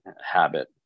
habit